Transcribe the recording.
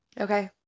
Okay